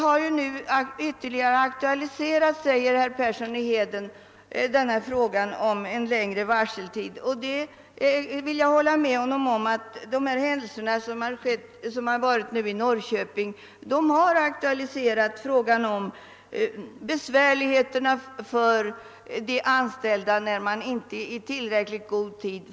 Herr Persson i Heden säger att frågan om en längre varseltid nu ytterligare aktualiserats. Jag håller med om att det som skett nere i Norrköping påtagligt visat vilka besvärligheter som uppstår för de anställda när de inte får varsel i tillräckligt god tid.